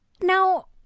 now